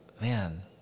man